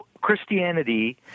Christianity